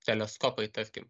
teleskopai tarkim